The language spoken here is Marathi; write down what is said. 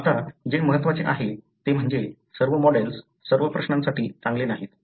आता जे महत्त्वाचे आहे ते म्हणजे सर्व मॉडेल सर्व प्रश्नांसाठी चांगले नाहीत